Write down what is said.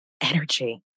energy